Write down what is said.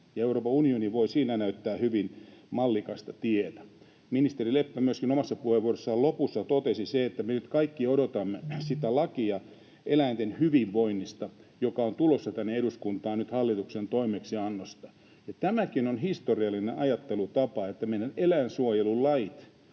Euroopan unioni voi siinä näyttää hyvin mallikasta tietä. Ministeri Leppä myöskin oman puheenvuoronsa lopussa totesi sen, että me nyt kaikki odotamme sitä lakia eläinten hyvinvoinnista, joka on tulossa tänne eduskuntaan nyt hallituksen toimeksiannosta. Tämäkin on historiallinen ajattelutapa, että meidän eläinsuojelulait